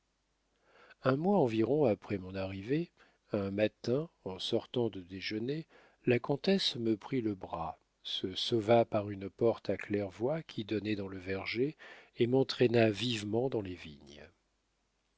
un mois environ après mon arrivée un matin en sortant de déjeuner la comtesse me prit par le bras se sauva par une porte à claire-voie qui donnait dans le verger et m'entraîna vivement dans les vignes